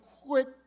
quick